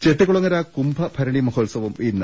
ചെട്ടികുളങ്ങര കുംഭഭരണി മഹോത്സവം ഇന്ന്